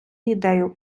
ідею